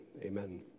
amen